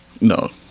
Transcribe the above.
no